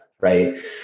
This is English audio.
Right